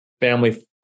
family